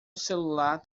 celular